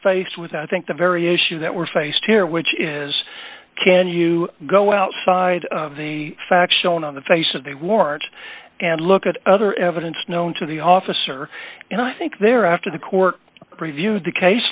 faced with i think the very issue that we're faced here which is can you go outside the facts own on the face of the warrant and look at other evidence known to the officer and i think they're after the court reviewed the case